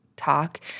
talk